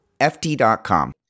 ft.com